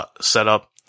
setup